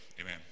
Amen